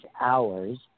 hours